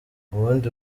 ubundi